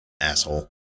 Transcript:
Asshole